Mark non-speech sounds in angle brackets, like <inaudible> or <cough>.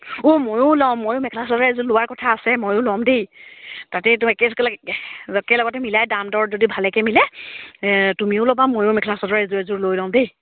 অ' ময়ো ল'ম ময়ো মেখেলা চাদৰ এযোৰ লোৱাৰ কথা আছে ময়ো ল'ম দেই তাতে <unintelligible> একেলগতে মিলাই দাম দৰ যদি ভালকৈ মিলে তুমিও ল'বা ময়ো মেখেলা চাদৰ এযোৰ এযোৰ লৈ ল'ম দেই